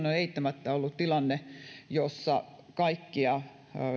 on eittämättä ollut tilanne jossa kaikkia